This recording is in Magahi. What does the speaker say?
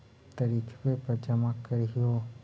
तरिखवे पर जमा करहिओ?